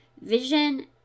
vision